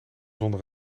zonder